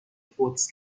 فودز